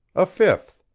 a fifth.